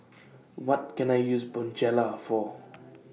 What Can I use Bonjela For